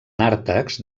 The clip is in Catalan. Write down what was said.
nàrtex